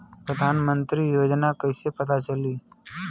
मुख्यमंत्री योजना कइसे पता चली?